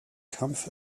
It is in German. kampf